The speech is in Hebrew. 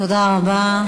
תודה רבה.